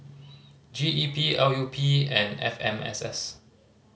G E P L U P and F M S S